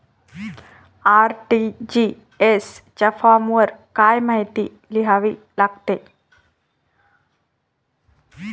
RTGS च्या फॉर्मवर काय काय माहिती लिहावी लागते?